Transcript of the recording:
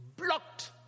blocked